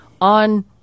on